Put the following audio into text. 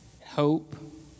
hope